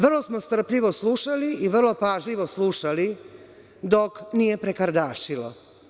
Vrlo smo strpljivo slušali i vrlo pažljivo slušali dok nije prekardašilo.